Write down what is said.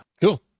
Cool